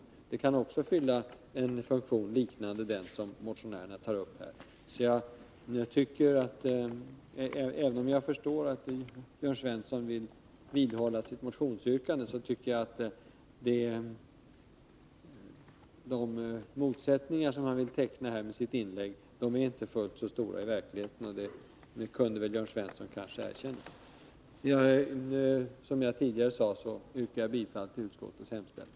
En sådan kunde också fylla en funktion liknande den motionärerna tar upp. Även om jag förstår att Jörn Svensson vill vidhålla sitt motionsyrkande, tycker jag att de motsättningar han tecknar med sitt inlägg inte är fullt så stora i verkligheten. Det kunde Jörn Svensson kanske erkänna. Som jag tidigare sade, yrkar jag bifall till utskottets hemställan.